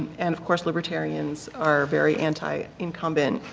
and of course, libertarians are very anti-incumbent